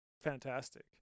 fantastic